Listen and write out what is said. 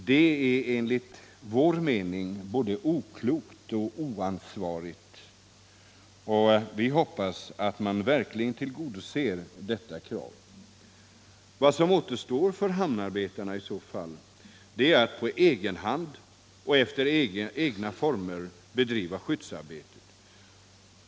Det är enligt vår mening både oklokt och oansvarigt. Därför borde vpk:s yrkande tillgodoses. Vad som i annat fall återstår för hamnarbetarna är att på egen hand och i egna former bedriva skyddsarbetet.